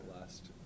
last